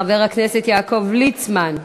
חבר הכנסת יעקב ליצמן,